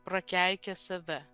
prakeikė save